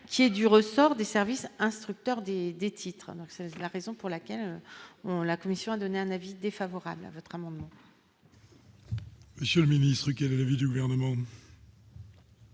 qui est du ressort des services instructeurs des des titres, c'est la raison pour laquelle on la Commission a donné un avis défavorable à votre. Monsieur